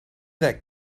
that